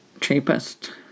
cheapest